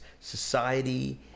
society